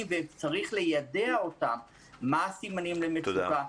וצריך ליידע אותם מה הסימנים למצוקה,